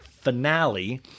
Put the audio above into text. finale